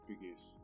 biggest